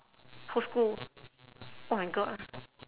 whole school oh my god ah